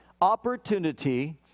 opportunity